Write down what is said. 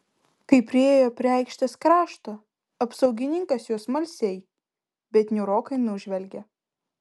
kai priėjo prie aikštės krašto apsaugininkas juos smalsiai bet niūrokai nužvelgė